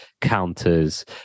counters